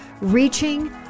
reaching